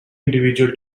individual